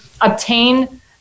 obtain